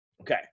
okay